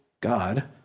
God